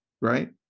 Right